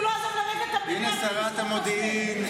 הוא עזב לרגע, הינה שרת המודיעין.